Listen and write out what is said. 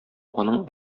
аның